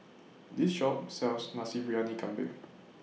This Shop sells Nasi Briyani Kambing